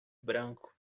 branco